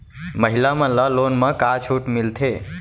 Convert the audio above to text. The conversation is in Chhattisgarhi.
महिला मन ला लोन मा का छूट मिलथे?